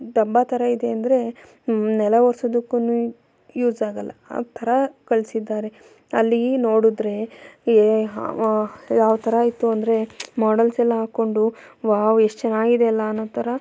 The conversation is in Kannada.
ಡಬ್ಬ ಥರ ಇದೆ ಅಂದರೆ ನೆಲ ಒರೆಸೋದುಕ್ಕೂ ಯೂಸ್ ಆಗಲ್ಲ ಆ ಥರ ಕಳ್ಸಿದ್ದಾರೆ ಅಲ್ಲಿ ನೋಡಿದ್ರೆ ಯಾವ ಥರ ಇತ್ತು ಅಂದರೆ ಮಾಡೆಲ್ಸ್ ಎಲ್ಲ ಹಾಕ್ಕೊಂಡು ವಾವ್ ಎಷ್ಟು ಚೆನ್ನಾಗಿದೆ ಅಲ್ಲ ಅನ್ನೊ ಥರ